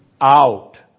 out